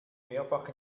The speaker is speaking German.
mehrfach